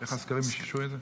איך הסקרים איששו את זה?